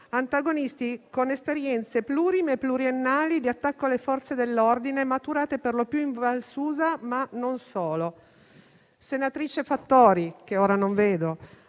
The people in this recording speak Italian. antagonisti con esperienze plurime e pluriennali di attacco alle Forze dell'ordine maturate per lo più in Val Susa, ma non solo. Senatrice Fattori - che ora non vedo